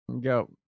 go